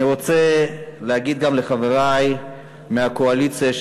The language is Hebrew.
אני רוצה להגיד גם לחברי מהקואליציה,